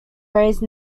raised